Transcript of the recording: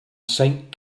saint